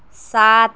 سات